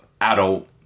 adult